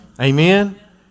Amen